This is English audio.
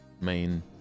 main